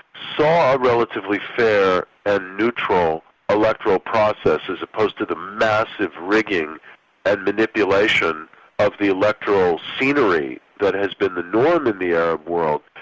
saw a relatively fair and neutral electoral process as opposed to the massive rigging and manipulation of the electoral scenery that has been the norm in the arab world,